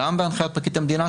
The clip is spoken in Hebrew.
גם בהנחיית פרקליט המדינה,